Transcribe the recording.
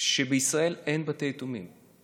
שבישראל אין בתי יתומים.